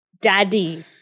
Daddy